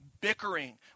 bickering